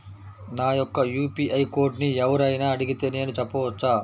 నా యొక్క యూ.పీ.ఐ కోడ్ని ఎవరు అయినా అడిగితే నేను చెప్పవచ్చా?